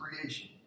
creation